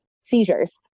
seizures